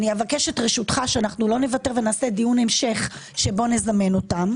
ואבקש את רשותך שלא נוותר ונעשה דיון המשך שבו נזמן אותם.